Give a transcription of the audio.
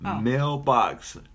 mailbox